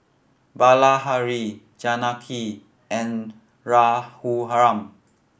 Bilahari Janaki and Raghuram